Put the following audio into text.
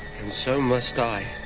and so must i.